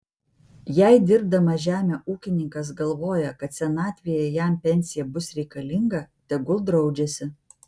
jei dirbdamas žemę ūkininkas galvoja kad senatvėje jam pensija bus reikalinga tegul draudžiasi